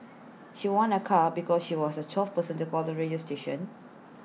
she won A car because she was the twelfth person to call the radio station